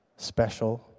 special